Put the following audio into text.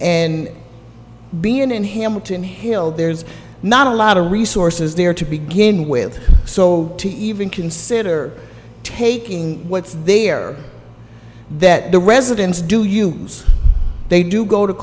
and being in hamilton hill there's not a lot of resources there to begin with so to even consider taking what's there that the residents do you see they do go to